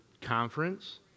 conference